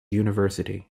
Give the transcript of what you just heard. university